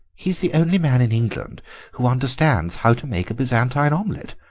he is the only man in england who understands how to make a byzantine omelette.